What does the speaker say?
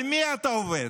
על מי אתה עובד?